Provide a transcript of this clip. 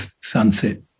sunset